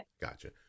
Gotcha